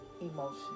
emotion